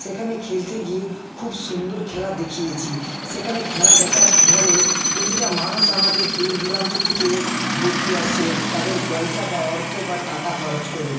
সেখানে খেলতে গিয়ে খুব সুন্দর খেলা দেখিয়েছি সেখানে খেলা দেখার ফলে প্রতিটা মানুষ আমাকে দূর দূরান্ত থেকে দেখতে আসছিলো তাদের পয়সা বা অর্থ বা টাকা খরচ করে